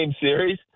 series